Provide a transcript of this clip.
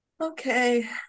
okay